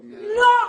ז': לא.